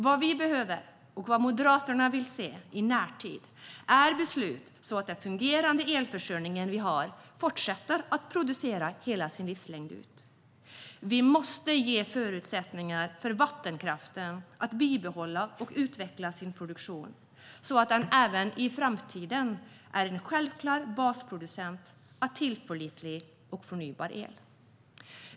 Vad vi behöver och vad Moderaterna vill se i närtid är beslut så att den fungerande elförsörjning vi har fortsätter att producera hela sin livslängd ut. Vi måste ge förutsättningar för vattenkraften att bibehålla och utveckla sin produktion, så att den även i framtiden kommer att vara en självklar basproducent av tillförlitlig och förnybar el.